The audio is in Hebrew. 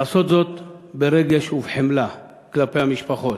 לעשות זאת ברגש ובחמלה כלפי המשפחות,